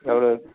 எவ்வளோ